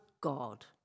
God